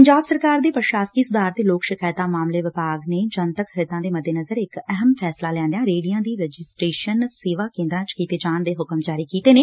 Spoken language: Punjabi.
ਪੰਜਾਬ ਸਰਕਾਰ ਦੇ ਪ੍ਰਸ਼ਾਸਕੀ ਸੁਧਾਰ ਤੇ ਲੋਕ ਸ਼ਿਕਾਇਤਾਂ ਮਾਮਲੇ ਵਿਭਾਗ ਨੇ ਜਨਤਕ ਹਿੱਤਾਂ ਦੇ ਮੱਦੇਨਜ਼ਰ ਇੱਕ ਅਹਿਮ ਫੈਸਲਾ ਲੈਂਦਿਆਂ ਰੇਹੜੀਆਂ ਦੀ ਰਜਿਸਟਰੇਸ਼ਨ ਸੇਵਾ ਕੇਂਦਰਾਂ ਚ ਕੀਤੇ ਜਾਣ ਦੇ ਹੁਕਮ ਜਾਰੀ ਕੀਤੇ ਨੇ